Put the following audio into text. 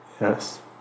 Yes